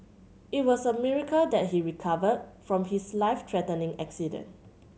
it was a miracle that he recovered from his life threatening accident